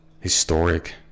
historic